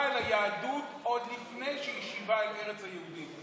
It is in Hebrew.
אל היהדות עוד לפני שהיא שיבה אל ארץ היהודים.